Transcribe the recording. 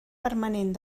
permanent